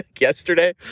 yesterday